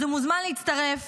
אז הוא מוזמן להצטרף